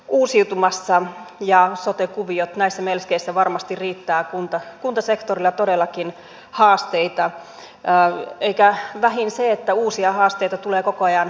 aluehallinto ja sote kuviot ovat uusiutumassa ja näissä melskeissä varmasti riittää kuntasektorilla todellakin haasteita eikä vähiten siinä että uusia haasteita tulee koko ajan ulkoapäin